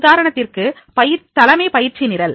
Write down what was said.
உதாரணத்திற்கு தலைமை பயிற்சி நிரல்